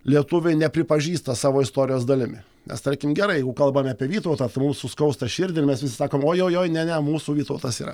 lietuviai nepripažįsta savo istorijos dalimi nes tarkim gerai jeigu kalbame apie vytautą tai mums suskausta širdį mes visi sakom oi oi oi ne ne mūsų vytautas yra